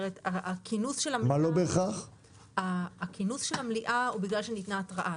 הכינוס של המליאה הוא בגלל שניתנה התראה.